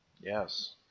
yes